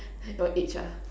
your age ah